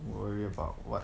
worry about what